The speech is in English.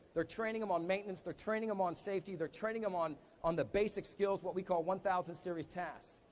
they're training em on maintenance, they're training em on safety, they're training em on on the basic skills, what we call one thousand series tasks.